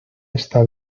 esta